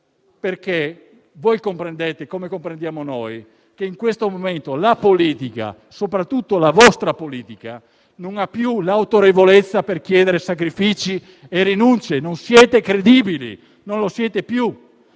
perché voi comprendete, come comprendiamo noi, che in questo momento la politica - soprattutto la vostra politica - non ha più l'autorevolezza per chiedere sacrifici e rinunce; non siete più credibili. Questo perché